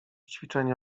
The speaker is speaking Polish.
ćwiczenie